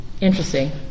interesting